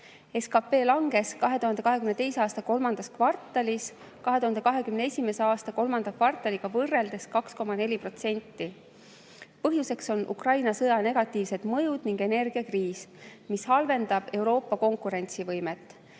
SKP langes 2022. aasta kolmandas kvartalis 2021. aasta kolmanda kvartaliga võrreldes 2,4%. Põhjuseks on Ukraina sõja negatiivsed mõjud ning energiakriis, mis halvendab Euroopa konkurentsivõimet.